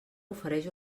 ofereix